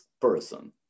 person